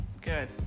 Good